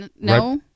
No